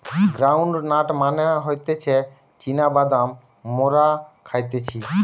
ground nut মানে হতিছে চীনা বাদাম মোরা খাইতেছি